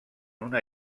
una